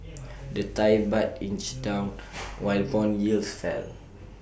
the Thai Baht inched down while Bond yields fell